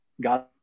God